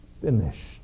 finished